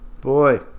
Boy